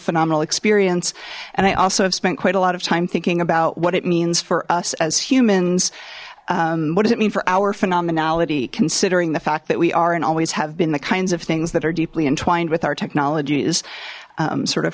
phenomenal experience and i also have spent quite a lot of time thinking about what it means for us as humans what does it mean for our phenomenality considering the fact that we are and always have been the kinds of things that are deeply entwined with our technologies sort of